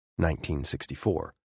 1964